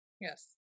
Yes